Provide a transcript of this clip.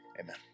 Amen